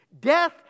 Death